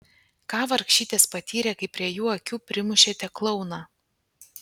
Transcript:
ką vargšytės patyrė kai prie jų akių primušėte klouną